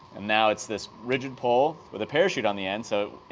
and now it's this rigid pole with a parachute on the end so,